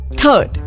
third